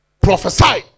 prophesy